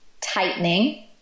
Tightening